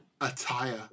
Attire